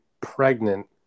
pregnant